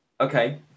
okay